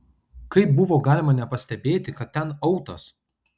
kaip buvo galima nepastebėti kad ten autas